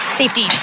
safety